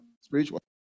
spiritual